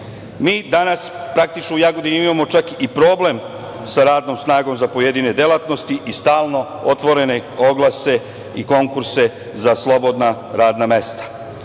mi danas praktično u Jagodini imamo čak i problem sa radnom snagom za pojedine delatnosti i stalno otvorene oglase i konkurse za slobodna radna mesta.